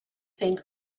think